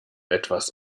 etwas